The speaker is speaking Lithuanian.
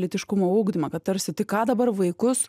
lytiškumo ugdymą kad tarsi tai ką dabar vaikus